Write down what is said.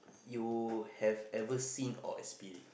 you have ever seen or experienced